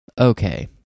okay